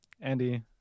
Andy